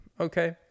Okay